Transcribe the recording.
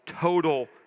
total